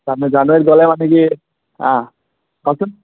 তাকে জানুৱাৰীত গ'লে মানে কি অঁ কওকচোন